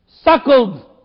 suckled